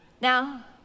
Now